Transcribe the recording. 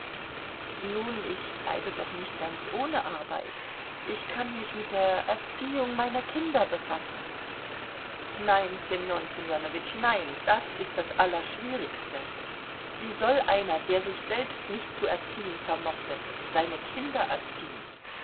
nun ich bleibe doch nicht ganz ohne arbeit ich kann mich mit der erziehung meiner kinder befassen nein ssemjon ssemjonowitsch nein das ist das allerschwierigste wie soll einer der sich selbst nicht zu erziehen vermochte seine kinder erziehen